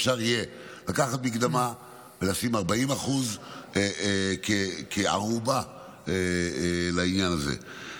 אפשר יהיה לקחת מקדמה ולשים 40% כערובה לעניין הזה.